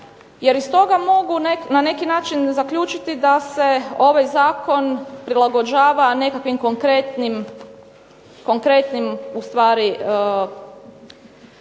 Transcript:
Jer iz toga mogu na neki način zaključiti da se ovaj zakon prilagođava nekakvim konkretnim ustvari izvođačima